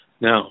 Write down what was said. Now